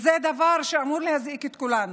דבר שאמור להזעיק את כולנו.